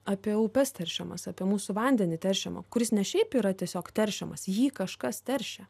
apie upes teršiamas apie mūsų vandenį teršiamą kuris ne šiaip yra tiesiog teršiamas jį kažkas teršia